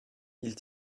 ils